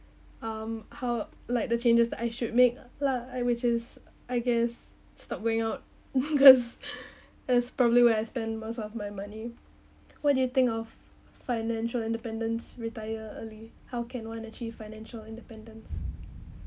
um how like the changes that I should make lah like which is I guess stop going out cause as probably where I spend most of my money what do you think of financial independence retire early how can one achieve financial independence